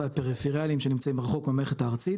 פריפריאליים שנמצאים רחוק מהמערכת הארצית,